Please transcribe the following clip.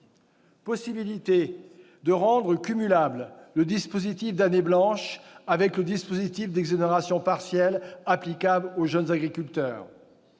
possibilité de rendre cumulable le dispositif d'année blanche avec le dispositif d'exonérations partielles applicables aux jeunes agriculteurs